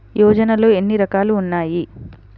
యోజనలో ఏన్ని రకాలు ఉన్నాయి?